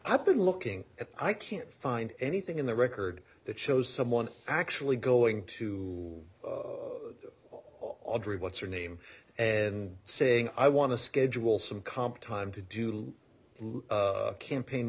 i've been looking at i can't find anything in the record that shows someone actually going to audrey what's her name and saying i want to schedule some comp time to do campaign